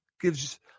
gives